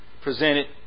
presented